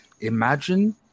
Imagine